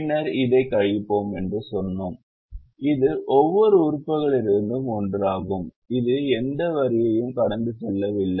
பின்னர் இதை கழிப்போம் என்று சொன்னோம் இது ஒவ்வொரு உறுப்புகளிலிருந்தும் ஒன்றாகும் இது எந்த வரியையும் கடந்து செல்லவில்லை